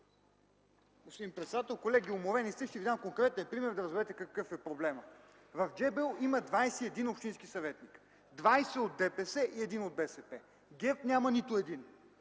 Господин председател, колеги! Уморени сте, но ще дам конкретен пример, за да разберете какъв е проблемът. В Джебел има 21 общински съветници: 20 от ДПС и 1 от БСП. ГЕРБ няма нито един